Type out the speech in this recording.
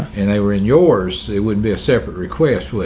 and they were in yours, it wouldn't be a separate request to it.